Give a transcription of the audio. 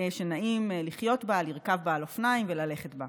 שנעים לחיות בה, לרכוב על אופניים וללכת בה.